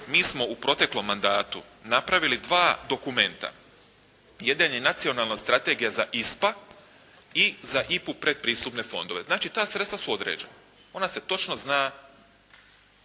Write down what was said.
mi smo u proteklom mandatu napravili dva dokumenta, jedan je nacionalna strategija za ISPA i za IPA-u pretpristupne fondove. Znači ta sredstva su određena. Ona se točno zna